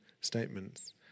statements